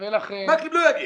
מקלב לא יגיע.